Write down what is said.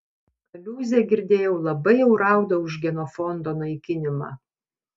kaliūzė girdėjau labai jau rauda už genofondo naikinimą